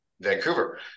Vancouver